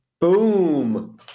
Boom